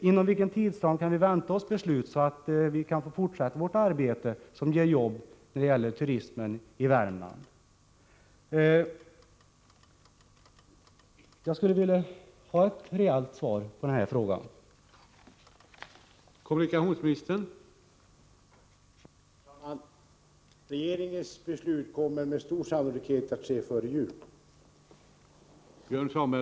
Inom vilken tidsram kan vi vänta oss beslut, så att vi kan fortsätta vårt arbete när det gäller turismen i Värmland, som ger jobb? Jag skulle vilja ha ett reellt svar på den frågan.